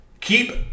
Keep